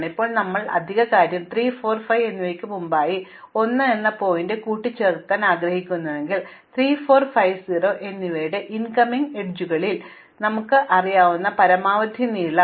എന്നാൽ ഇപ്പോൾ നമ്മൾ ചെയ്യുന്ന അധിക കാര്യം 3 4 5 എന്നിവയ്ക്ക് മുമ്പായി 1 എന്ന ശീർഷകം കൂട്ടിച്ചേർക്കാൻ ആഗ്രഹിക്കുന്നുവെങ്കിൽ 3 4 5 0 എന്നിവയുടെ ഇൻകമിംഗ് അരികുകളിൽ എനിക്ക് അറിയാവുന്ന മൂല്യങ്ങൾ പരമാവധി നീളം